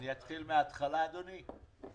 אתחיל מן ההתחלה, אדוני.